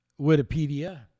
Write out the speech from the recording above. Wikipedia